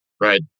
Right